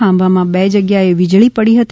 ખાંભામાં બે જગ્યાએ વીજળી પડી હતી